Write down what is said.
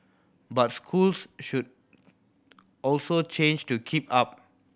but schools should also change to keep up